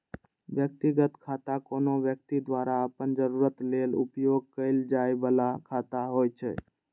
व्यक्तिगत खाता कोनो व्यक्ति द्वारा अपन जरूरत लेल उपयोग कैल जाइ बला खाता होइ छै